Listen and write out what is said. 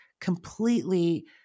completely